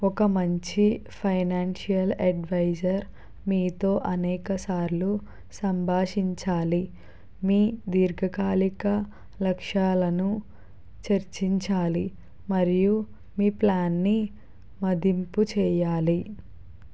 ఒక మంచి financial adviser మీతో అనేక సార్లు సంభాషించాలి మీ దీర్ఘకాలిక లక్ష్యాలను చర్చించాలి మరియు మీ ప్లాన్ని మదింపు చేయాలి